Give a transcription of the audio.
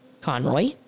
conroy